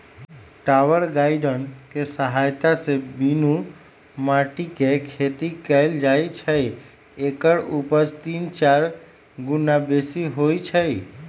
tower garden कें सहायत से बीनु माटीके खेती कएल जाइ छइ एकर उपज तीन चार गुन्ना बेशी होइ छइ